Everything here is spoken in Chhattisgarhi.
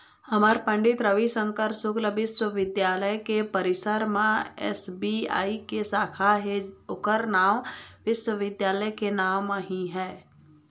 हमर पंडित रविशंकर शुक्ल बिस्वबिद्यालय के परिसर म एस.बी.आई के साखा हे ओखर नांव विश्वविद्यालय के नांव म ही है